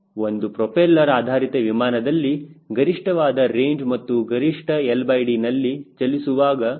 ಒಂದು ಪ್ರೋಪೆಲ್ಲರ್ ಆಧಾರಿತ ವಿಮಾನದಲ್ಲಿ ಗರಿಷ್ಠವಾದ ರೇಂಜ್ ಅದು ಗರಿಷ್ಟ LD ನಲ್ಲಿ ಚಲಿಸುವಾಗ ಸಿಗುತ್ತದೆ